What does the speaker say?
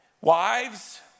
Wives